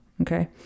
okay